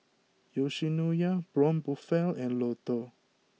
Yoshinoya Braun Buffel and Lotto